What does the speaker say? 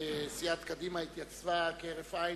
שסיעת קדימה התייצבה כהרף עין,